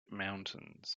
mountains